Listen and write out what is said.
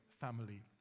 family